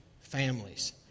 families